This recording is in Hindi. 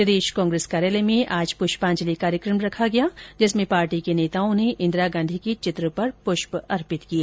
प्रदेश कांग्रेस कार्यालय में आज प्रष्पांजलि कार्यक्रम रखा गया जिसमें पार्टी के नेताओं ने इंदिरा गांधी के चित्र पर पुष्प अर्पित किए